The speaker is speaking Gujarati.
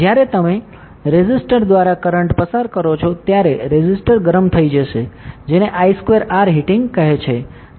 જ્યારે તમે રેઝિસ્ટર દ્વારા કરંટ પસાર કરો છો ત્યારે રેઝિસ્ટર ગરમ થઈ જશે જેને I2R હીટિંગ કહે છે